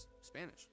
Spanish